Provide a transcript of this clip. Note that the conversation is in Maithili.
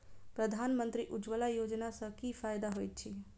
प्रधानमंत्री उज्जवला योजना सँ की फायदा होइत अछि?